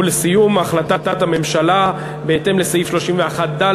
ולסיום, החלטת הממשלה בהתאם לסעיף 31(ד)